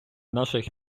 наших